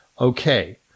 Okay